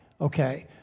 Okay